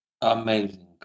Amazing